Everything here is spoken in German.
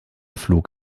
flug